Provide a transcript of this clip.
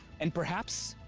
and perhaps.